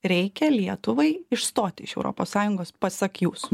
reikia lietuvai išstot iš europos sąjungos pasak jūsų